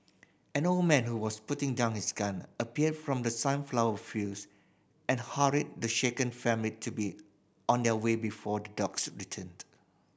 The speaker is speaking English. an old man who was putting down his gun appeared from the sunflower fields and hurried the shaken family to be on their way before the dogs returned